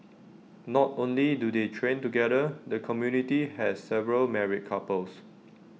not only do they train together the community has several married couples